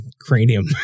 cranium